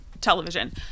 television